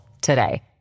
today